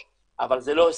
אבל זה לא הספיק.